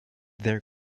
their